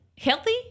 healthy